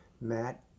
Matt